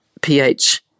pH